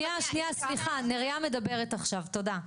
סליחה, נריה מדברת עכשיו, תודה.